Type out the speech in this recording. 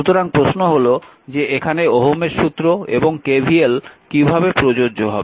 সুতরাং প্রশ্ন হল যে এখানে ওহমের সূত্র এবং KVL কীভাবে প্রযোজ্য হবে